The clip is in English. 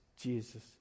Jesus